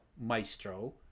maestro